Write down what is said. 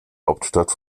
hauptstadt